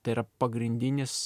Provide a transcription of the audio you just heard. tai yra pagrindinis